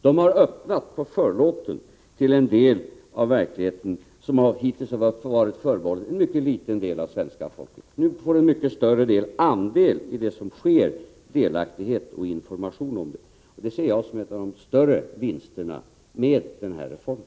De har öppnat på förlåten till en bit av verkligheten som hittills varit förbehållen en mycket liten del av svenska folket. Nu får man mycket mera andel i det som sker, man får möjlighet till delaktighet och information om det hela. Det ser jag som en av de större vinsterna med den här reformen.